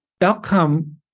outcome